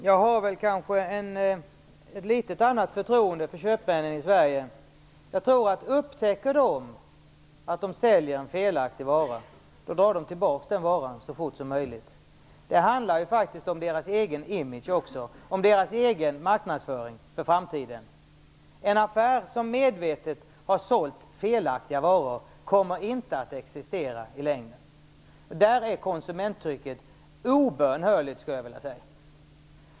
Herr talman! Jag har kanske ett annat förtroende för köpmännen i Sverige. Upptäcker de att de säljer en felaktig vara tror jag att de drar tillbaka den så fort som möjligt. Det handlar ju faktiskt också om deras egen image, om deras egen marknadsföring för framtiden. En affär som medvetet har sålt felaktiga varor kommer inte att existera i längden. Där är konsumenttrycket obönhörligt, skulle jag vilja säga.